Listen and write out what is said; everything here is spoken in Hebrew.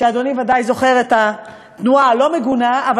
ואדוני בוודאי זוכר את התנועה הלא-מגונה אבל